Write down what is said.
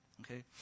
okay